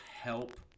help